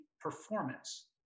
performance